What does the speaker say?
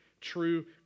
true